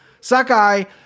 Sakai